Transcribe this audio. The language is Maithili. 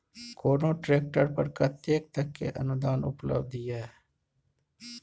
कोनो ट्रैक्टर पर कतेक तक के अनुदान उपलब्ध ये?